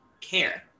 care